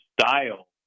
style